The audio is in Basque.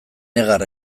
negar